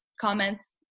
comments